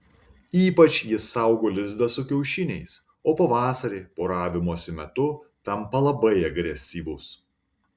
ypač jis saugo lizdą su kiaušiniais o pavasarį poravimosi metu tampa labai agresyvus